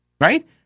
right